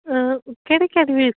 अ कहिड़ी कहिड़ी